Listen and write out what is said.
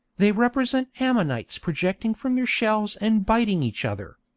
they represent ammonites projecting from their shells and biting each other.